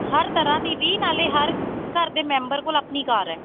ਹਰ ਤਰ੍ਹਾਂ ਦੀ ਵੀ ਨਾਲੇ ਹਰ ਘਰ ਦੇ ਮੈਂਬਰ ਕੋਲ ਆਪਣੀ ਕਾਰ ਹੈ